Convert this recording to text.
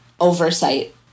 oversight